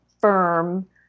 firm